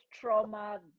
trauma